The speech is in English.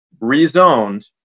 rezoned